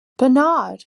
bernard